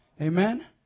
Amen